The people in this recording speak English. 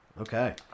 Okay